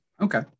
okay